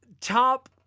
top